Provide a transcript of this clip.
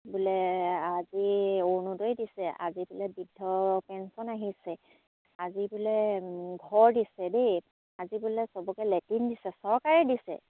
বোলে আজি অৰুণোদয় দিছে আজি বোলে বৃদ্ধ পেঞ্চন আহিছে আজি বোলে ঘৰ দিছে দেই আজি বোলে সবকে লেটিন দিছে চৰকাৰে দিছে